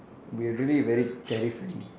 will really very terrifying